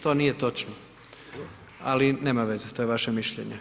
To nije točno, ali nema veze to je vaše mišljenje.